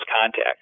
contact